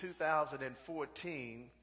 2014